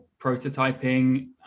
prototyping